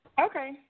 Okay